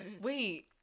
Wait